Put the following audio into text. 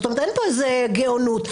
אין פה איזה גאונות.